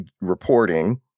reporting